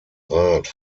rat